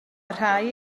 rhai